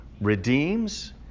redeems